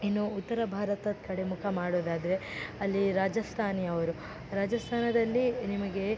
ಇನ್ನೂ ಉತ್ತರ ಭಾರತದ ಕಡೆ ಮುಖ ಮಾಡೋದಾದ್ರೆ ಅಲ್ಲಿ ರಾಜಸ್ತಾನಿ ಅವರು ರಾಜಸ್ತಾನದಲ್ಲಿ ನಿಮಗೆ